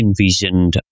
envisioned